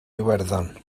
iwerddon